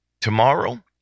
tomorrow